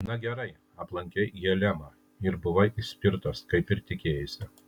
na gerai aplankei helemą ir buvai išspirtas kaip ir tikėjaisi